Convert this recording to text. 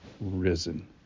risen